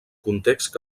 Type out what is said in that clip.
context